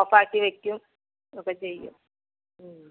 ഓഫാക്കി വെക്കും ഒക്കെ ചെയ്യും